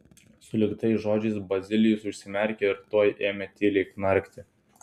sulig tais žodžiais bazilijus užsimerkė ir tuoj ėmė tyliai knarkti